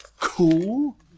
Cool